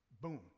boom